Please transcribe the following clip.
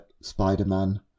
Spider-Man